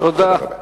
תודה רבה.